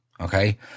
okay